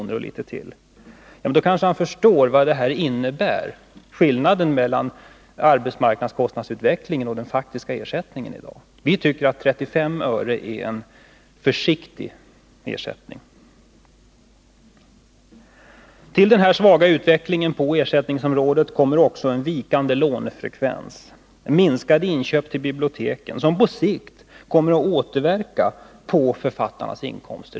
eller litet till — kanske han skulle förstå vad skillnaden mellan utvecklingen av arbetskostnadsindex och den faktiska ersättningen innebär. Vi tycker att 35 öre är en försiktigt beräknad ersättning. Till denna svaga utveckling på ersättningsområdet kommer också en vikande lånefrekvens och minskade inköp till biblioteken, som på sikt kommer att återverka på författarnas inkomster.